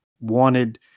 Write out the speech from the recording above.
wanted